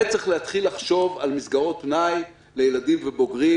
וצריך להתחיל לחשוב על מסגרות פנאי לילדים ובוגרים,